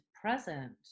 present